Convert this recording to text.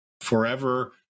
forever